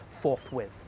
forthwith